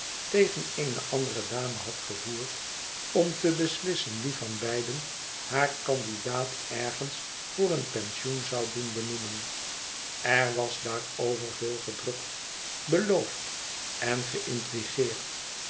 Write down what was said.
tegen eene andere dame had gevoerd om te beslissen wie van beide haar candidaat ergens voor een pensioen zou doen benoemen er was daarover veel gedrukt beloofd en